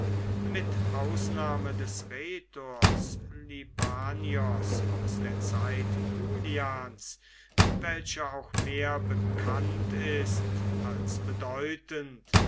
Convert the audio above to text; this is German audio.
mit ausnahme des rhetors libanios aus der zeit julians welcher auch mehr bekannt ist als bedeutend